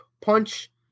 punch